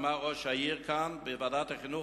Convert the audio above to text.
אמר ראש העיר כאן בוועדת החינוך,